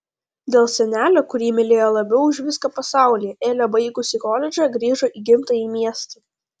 dėl senelio kurį mylėjo labiau už viską pasaulyje elė baigusi koledžą grįžo į gimtąjį miestą